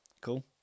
Cool